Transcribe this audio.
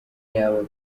yaba